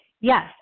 yes